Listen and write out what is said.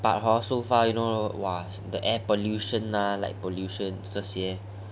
but hor so far you know !wah! the air pollution lah light pollution 这些